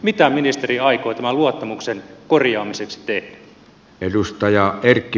mitä ministeri aikoo tämän luottamuksen korjaamiseksi tehdä